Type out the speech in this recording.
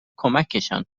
کمکشان